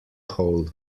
hole